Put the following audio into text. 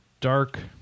dark